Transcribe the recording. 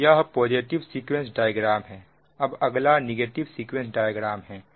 तो यह positive sequence diagram है अब अगला नेगेटिव सीक्वेंस डायग्राम है